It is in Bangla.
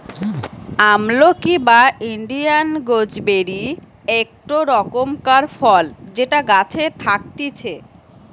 আমলকি বা ইন্ডিয়ান গুজবেরি একটো রকমকার ফল যেটা গাছে থাকতিছে